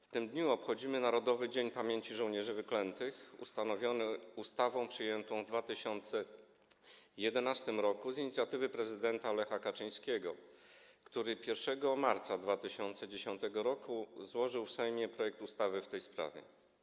W tym dniu obchodzimy Narodowy Dzień Pamięci „Żołnierzy Wyklętych” ustanowiony ustawą przyjętą w 2011 r. z inicjatywy prezydenta Lecha Kaczyńskiego, który 1 marca 2010 r. złożył w Sejmie projekt ustawy w tej sprawie.